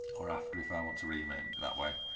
or after if i want to rename it that way,